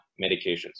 medications